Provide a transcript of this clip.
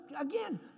again